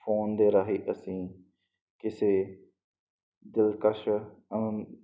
phone ਦੇ ਰਾਹੀਂ ਅਸੀਂ ਕਿਸੇ ਦਿਲਕਸ਼